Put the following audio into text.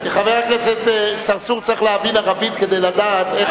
חבר הכנסת צרצור צריך להבין ערבית כדי לדעת איך,